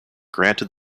granted